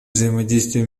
взаимодействия